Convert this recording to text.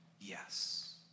yes